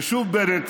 ושוב, בנט,